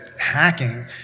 hacking